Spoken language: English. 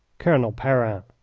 colonel perrin,